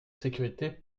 sécurité